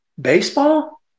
baseball